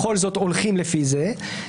בכל זאת הולכים לפי זה,